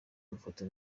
amafoto